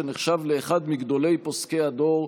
שנחשב לאחד מגדולי פוסקי הדור,